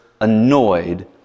annoyed